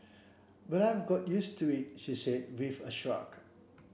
but I've got used to it she said with a shrug